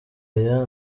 aya